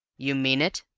you mean it?